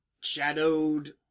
shadowed